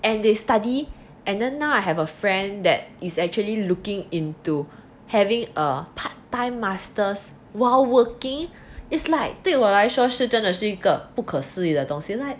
and they study and then now I have a friend that is actually looking into having a part time masters while working it's like 对我来说是真的是一个不可思议的东西 like